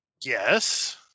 yes